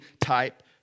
type